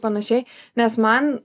panašiai nes man